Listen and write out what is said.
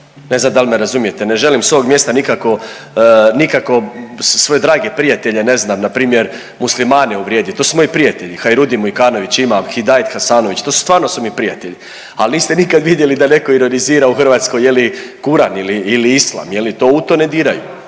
Ne znam da li me razumijete, ne želim s ovog mjesta nikako, nikako svoje drage prijatelje ne znam npr. Muslimane uvrijediti, to su moji prijatelji. Hajrudin Mujkanović imam, Hidajet Hasanović, tu stvarno su mi prijatelji. Ali niste nikad vidjeli da netko ironizira u Hrvatskoj je li Kuran ili Islam je li u to ne diraju,